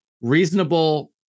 reasonable